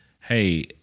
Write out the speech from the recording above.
hey